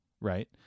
right